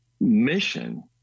mission